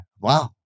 Wow